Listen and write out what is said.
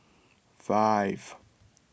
five